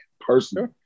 personally